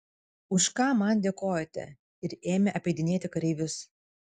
už ką man dėkojate ir ėmė apeidinėti kareivius